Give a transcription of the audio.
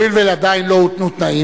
הואיל ועדיין לא הותנו תנאים,